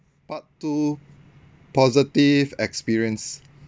part two positive experience